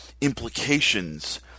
implications